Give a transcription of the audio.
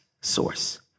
source